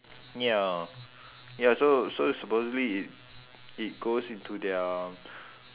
ya ya so so supposedly it it goes into their